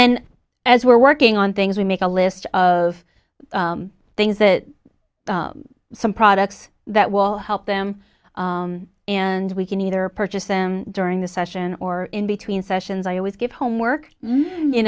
then as we're working on things we make a list of things that some products that will help them and we can either purchase them during the session or in between sessions i always give homework you